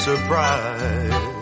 Surprise